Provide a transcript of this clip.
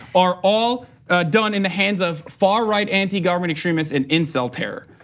are all done in the hands of far right anti government extremists and instill terror.